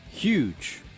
Huge